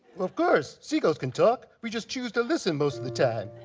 of course. seagulls can talk. we just choose to listen most of the time.